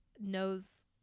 knows